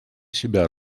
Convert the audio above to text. себя